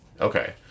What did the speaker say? Okay